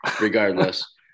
regardless